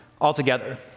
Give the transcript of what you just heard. altogether